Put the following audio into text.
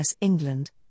England